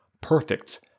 Perfect